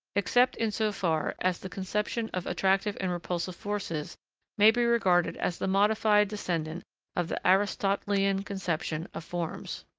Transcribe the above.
except in so far as the conception of attractive and repulsive forces may be regarded as the modified descendant of the aristotelian conception of forms.